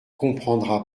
comprendra